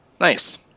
Nice